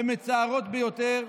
הן מצערות ביותר.